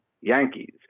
Yankees